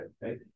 right